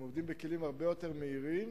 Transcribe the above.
הם עובדים בכלים הרבה יותר מהירים,